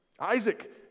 Isaac